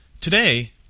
Today